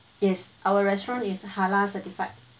yes our restaurant is halal certified